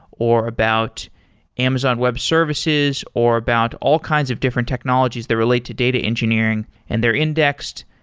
or about amazon web services, or about all kinds of different technologies that relate to data engineering and they're indexed.